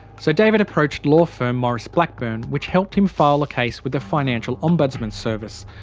so david approached law firm maurice blackburn, which helped him file a case with the financial ombudsman service.